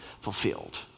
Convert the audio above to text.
fulfilled